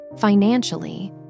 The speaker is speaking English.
Financially